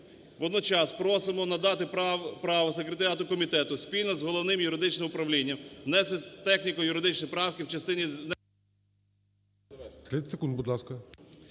Водночас просимо надати право секретаріату комітету спільно з Головним юридичним управлінням внести техніко-юридичні правки в частині…